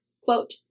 quote